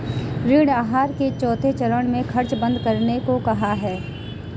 ऋण आहार के चौथे चरण में खर्च बंद करने को कहा है